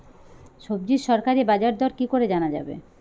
সবজির সরকারি বাজার দর কি করে জানা যাবে?